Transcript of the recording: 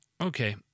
okay